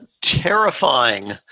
terrifying